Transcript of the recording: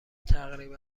تقریبا